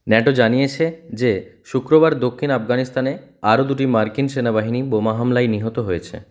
NATO জানিয়েছে যে শুক্রবার দক্ষিণ আফগানিস্তানে আরও দুটি মার্কিন সেনাবাহিনী বোমা হামলায় নিহত হয়েছে